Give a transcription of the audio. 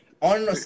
on